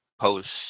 posts